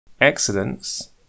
Excellence